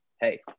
Hey